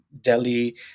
Delhi